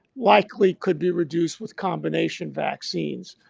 likely could be reduced with combination vaccines.